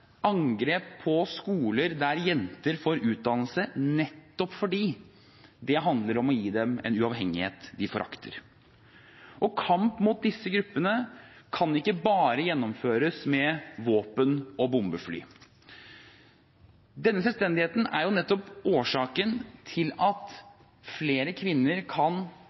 angrep på skoler der jenter får utdannelse, nettopp fordi det handler om å gi dem en uavhengighet de forakter. Kamp mot disse gruppene kan ikke bare gjennomføres med våpen og bombefly. Denne selvstendigheten er nettopp årsaken til at flere kvinner kan